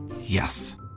Yes